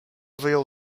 wyjął